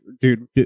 dude